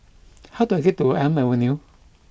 how do I get to Elm Avenue